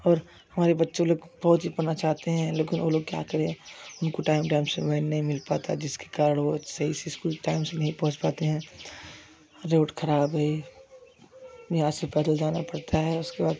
और हमारे बच्चों लोग फौजी बनना चाहते हैं लेकिन वो लोग क्या करें उनको टाइम टाइम से व्हेन नहीं मिल पाता जिसके कारण वो सही से स्कूल टाइम से नहीं पहुँच पाते हैं रोड खराब है यहाँ से पैदल जाना पड़ता है उसके बाद